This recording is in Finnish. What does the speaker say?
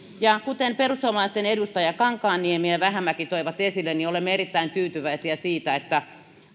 kuten perussuomalaisten edustajat kankaanniemi ja vähämäki toivat esille olemme erittäin tyytyväisiä siitä että